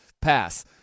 pass